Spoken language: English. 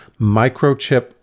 microchip